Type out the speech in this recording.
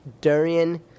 Durian